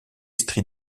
stries